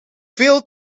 veel